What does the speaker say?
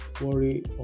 Worry